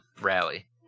rally